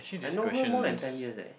I know her more than ten years eh